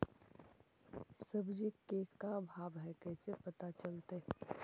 सब्जी के का भाव है कैसे पता चलतै?